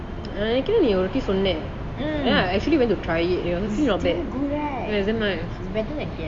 நான் நெனைக்கிறேன் நீ ஒரு வாடி சொன்ன:naan nenaikiran nee oru vaati sonna I actually went to try it you know it honestly not bad ya its damn nice